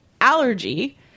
allergy